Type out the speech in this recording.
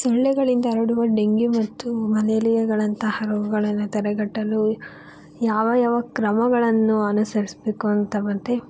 ಸೊಳ್ಳೆಗಳಿಂದ ಹರಡುವ ಡೆಂಗ್ಯೂ ಮತ್ತು ಮಲೆರಿಯಾಗಳಂತಹ ರೋಗಗಳನನ್ನು ತಡೆಗಟ್ಟಲು ಯಾವ ಯಾವ ಕ್ರಮಗಳನ್ನು ಅನುಸರಿಸಬೇಕು ಅಂತ ಮತ್ತೆ